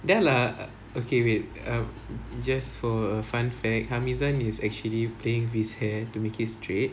dah lah okay wait err just for a fun fact hamizan is actually playing with his hair to make it straight